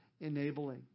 enabling